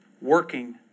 working